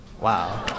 Wow